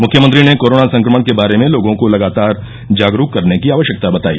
मुख्यमंत्री ने कोरोना संक्रमण के बारे में लोगों को लगातार जागरूक करने की आवश्यकता बताई